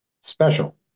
special